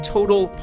Total